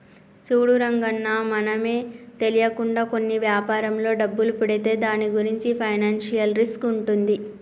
చూడు రంగన్న మనమే తెలియకుండా కొన్ని వ్యాపారంలో డబ్బులు పెడితే దాని గురించి ఫైనాన్షియల్ రిస్క్ ఉంటుంది